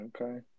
Okay